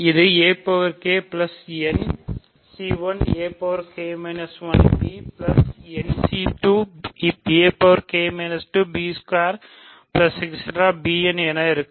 இது என இருக்கும்